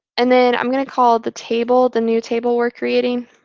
and then i'm going to call the table, the new table we're creating,